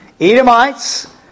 Edomites